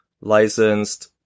licensed